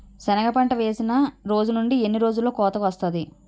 సెనగ పంట వేసిన రోజు నుండి ఎన్ని రోజుల్లో కోతకు వస్తాది?